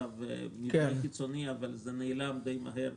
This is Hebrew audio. ובמבנה החיצוני אבל זה נעלם די מהר,